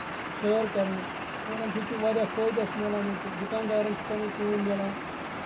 سٲر کرنہِ اور اَمہِ سۭتۍ چھُ واریاہ فٲیدٕ اَسہِ مِلان ییٚتہِ دُکان دارَن چھِِ پَنٕنۍ کٲم مِلان